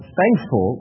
thankful